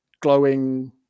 glowing